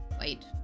wait